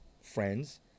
friends